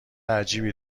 عجیبی